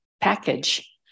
package